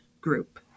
group